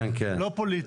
לא פוליטי.